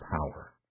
power